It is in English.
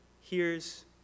hears